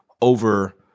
over